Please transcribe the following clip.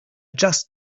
just